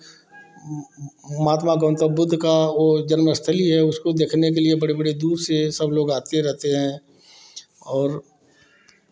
महात्मा गौतम बुद्ध का वह जन्म स्थली है उसको देखने के लिए बड़े बड़े दूर से सब लोग आते रहते हैं और